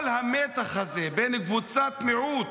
כל המתח הזה בין קבוצת מיעוט